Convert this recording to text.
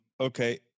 Okay